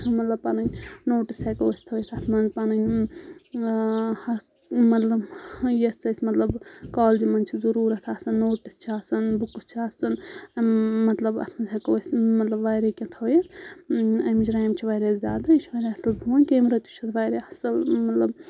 مطلب پَنٕنۍ نوٹس ہیٚکو أسۍ تھٲیِتھ اَتھ منٛز پَنٕنۍ ہر مطلب یَتھ أسۍ مطلب کالجہِ منٛز چھِ ضروٗرتھ آسان نوٹس چھِ آسان بُکٕس چھِ آسان مَطلَب اَتھ منٛز ہؠکو أسۍ مَطلَب واریاہ کینٛہہ تھٲیِتھ امِچ ریم چھِ واریاہ زیادٕ یہِ چھُ واریاہ اَصٕل پھون کیمرا تہِ چھُ اَتھ واریاہ اَصٕل مطلب